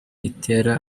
itera